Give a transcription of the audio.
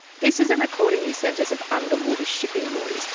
this is a recording you sent us of underwater shipping noise